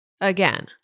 Again